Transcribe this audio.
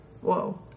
whoa